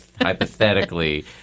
hypothetically